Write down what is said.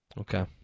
Okay